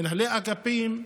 מנהלי אגפים,